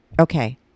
Okay